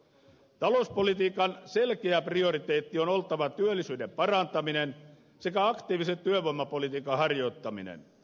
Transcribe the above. talouspolitiikan selkeän prioriteetin on oltava työllisyyden parantaminen sekä aktiivisen työvoimapolitiikan harjoittaminen